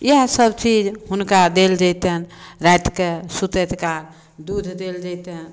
इएह सभ चीज हुनका देल जैतनि रातिके सुतैत काल दूध देल जैतनि